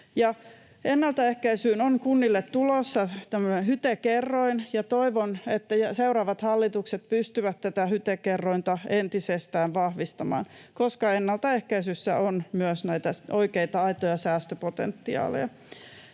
Ennaltaehkäisyyn on kunnille tulossa tämmöinen HYTE-kerroin. Toivon, että seuraavat hallitukset pystyvät tätä HYTE-kerrointa entisestään vahvistamaan, koska ennaltaehkäisyssä on myös näitä oikeita, aitoja säästöpotentiaaleja.